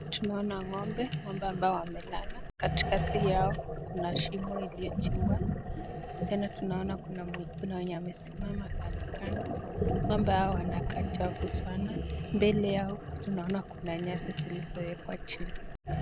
Tunaona ngombe, ngombe ambao wamelala katikati yao kuna shimo iliyochimbwa, tena tunaona kuna wenye wamesimama kando kando, ngombe hawa wanakaa chafu sana, mbele yao tunaona kuna nyasi zilizowekwa chini.